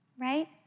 right